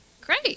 great